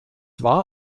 war